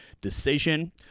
decision